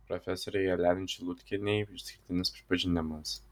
profesorei jelenai čelutkienei išskirtinis pripažinimas